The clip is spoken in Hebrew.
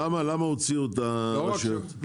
למה הוציאו את הרשויות?